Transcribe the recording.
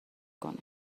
کنه